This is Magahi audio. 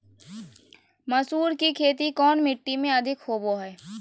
मसूर की खेती कौन मिट्टी में अधीक होबो हाय?